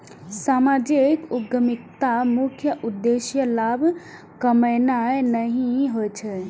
सामाजिक उद्यमिताक मुख्य उद्देश्य लाभ कमेनाय नहि होइ छै